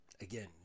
again